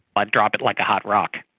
i'd drop it like a hot rock.